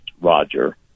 Roger